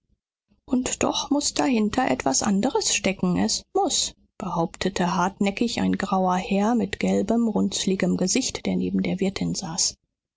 und doch muß dahinter etwas anderes stecken es muß behauptete hartnäckig ein grauer herr mit gelbem runzligem gesicht der neben der wirtin saß